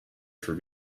for